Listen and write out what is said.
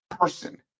person